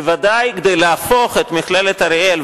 ודאי שכדי להפוך את מכללת אריאל,